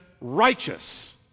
righteous